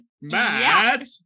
Matt